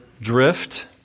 drift